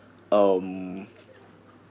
um